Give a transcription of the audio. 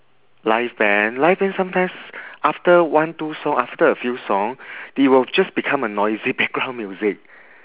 live band live band sometimes after one two song after a few song they will just become a noisy background music